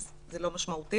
אז זה לא משמעותי